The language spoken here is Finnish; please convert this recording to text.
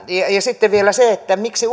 ja ja sitten vielä se että miksi